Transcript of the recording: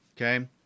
okay